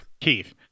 Keith